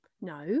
No